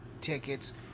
tickets